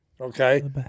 okay